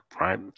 right